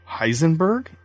Heisenberg